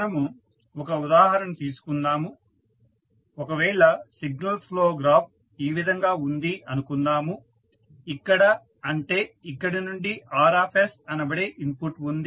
మనము ఒక ఉదాహరణ తీసుకుందాము ఒకవేళ సిగ్నల్ ఫ్లో గ్రాఫ్ ఈ విధంగా ఉంది అనుకుందాము ఇక్కడ అంటే ఇక్కడి నుండి R అనబడే ఇన్పుట్ ఉంది